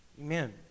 Amen